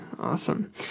Awesome